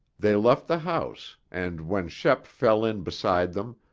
they left the house, and when shep fell in beside them,